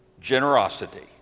generosity